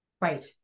Right